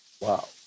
Wow